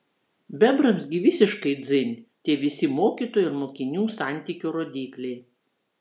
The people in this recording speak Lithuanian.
bebrams gi visiškai dzin tie visi mokytojų ir mokinių santykio rodikliai